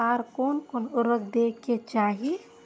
आर कोन कोन उर्वरक दै के चाही?